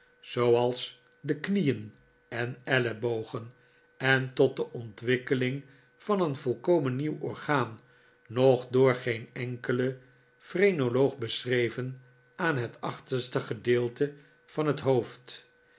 zooals de knieen en ellebogen en tot de ontwikkeling van een volkomen nieuw orgaan nog door geen enkelen phreneloog beschreven aan het achterste gedeelte van het hoofd